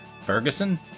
Ferguson